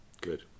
Good